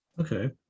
Okay